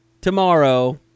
tomorrow